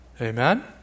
Amen